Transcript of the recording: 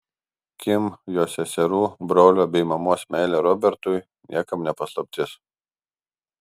kim jos seserų brolio bei mamos meilė robertui niekam ne paslaptis